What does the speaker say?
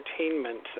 Entertainment